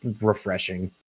refreshing